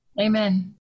Amen